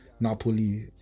napoli